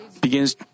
begins